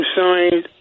signed